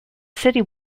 city